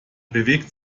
bewegt